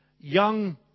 young